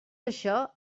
això